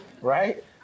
right